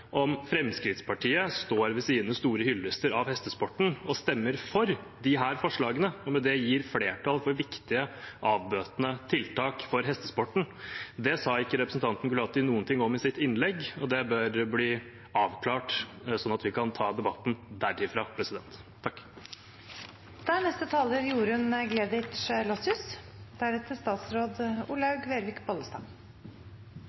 om Fremskrittspartiet står ved sin sterke hyllest av hestesporten og stemmer for disse forslagene, og med det skaper flertall for viktige avbøtende tiltak for hestesporten. Det sa ikke representanten Gulati noe om i sitt innlegg, og det bør bli avklart, slik at vi kan ta debatten